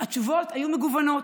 התשובות היו מגוונות.